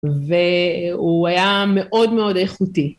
והוא היה מאוד מאוד איכותי.